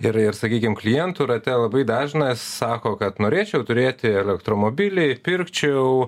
ir ir sakykim klientų rate labai dažnas sako kad norėčiau turėti elektromobilį pirkčiau